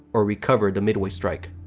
or recover the midway strike.